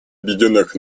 объединенных